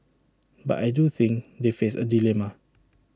but I do think they face A dilemma